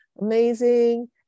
amazing